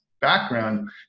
background